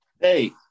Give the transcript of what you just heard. Hey